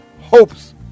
hopes